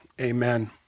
amen